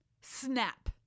Snap